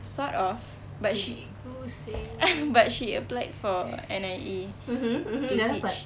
sort of but she but she applied for N_I_E to teach